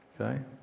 Okay